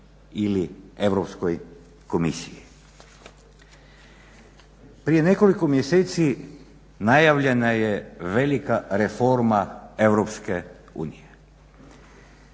ili EU komisiji. Prije nekoliko mjeseci najavljena je velika reforma EU. Barroso je